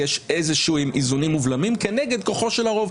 יש איזשהם איזונים ובלמים כנגד כוחו של הרוב.